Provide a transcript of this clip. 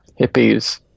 hippies